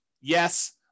Yes